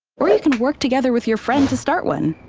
or you can work together with your friend to start one.